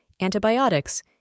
antibiotics